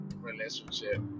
relationship